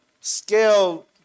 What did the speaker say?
scale